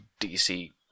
DC